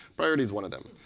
priority is one of them.